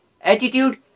attitude